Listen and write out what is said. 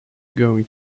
going